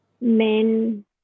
men